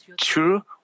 true